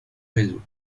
réseau